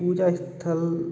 पूजा स्थल